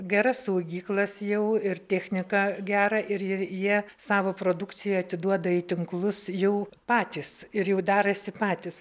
geras saugyklas jau ir technika gera ir ir jie savo produkciją atiduoda į tinklus jau patys ir jau derasi patys